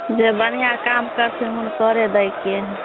जे बढ़िआँ काम करथिन हुनकरे दैके हइ